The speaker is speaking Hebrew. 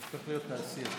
זה הופך להיות תעשייתי.